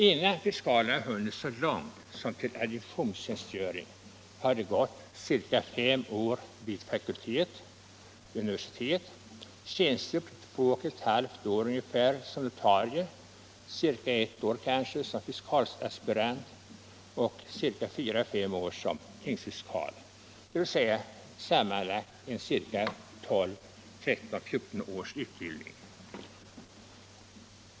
Innan fiskalerna hunnit så långt som till adjunktionstjänstgöringen har de gått ca fem år vid universitet och tjänstgjort ca två och ett halvt år som notarie, ca ett år som fiskalsaspirant och fyra till fem år som tingsfiskal. Det blir sammanlagt tolv till fjorton år av utbildning.